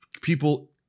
people